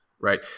right